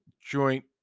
joint